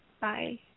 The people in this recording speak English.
Bye